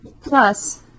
plus